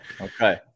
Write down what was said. Okay